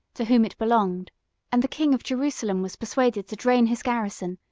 to whom it belonged and the king of jerusalem was persuaded to drain his garrison,